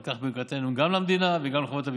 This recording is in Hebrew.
על כך ברכתנו גם למדינה וגם לחברות הביטוח.